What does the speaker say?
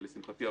לשמחתי,